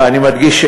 ואני מדגיש,